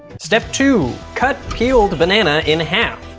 step two cut peeled banana in half.